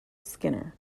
skinner